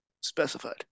specified